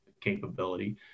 capability